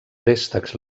préstecs